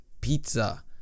pizza